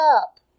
up